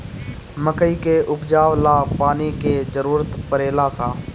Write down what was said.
मकई के उपजाव ला पानी के जरूरत परेला का?